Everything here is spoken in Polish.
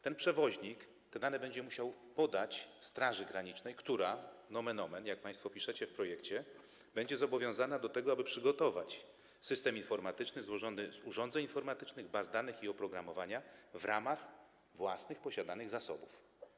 Ten przewoźnik będzie musiał podać dane Straży Granicznej, która nomen omen, jak państwo piszecie w projekcie, będzie zobowiązana do tego, aby przygotować system informatyczny złożony z urządzeń informatycznych, baz danych i oprogramowania w ramach własnych, posiadanych zasobów.